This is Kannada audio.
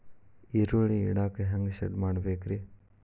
ಈರುಳ್ಳಿ ಇಡಾಕ ಹ್ಯಾಂಗ ಶೆಡ್ ಮಾಡಬೇಕ್ರೇ?